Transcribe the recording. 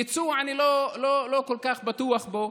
ביצוע, אני לא כל כך בטוח בו.